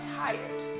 tired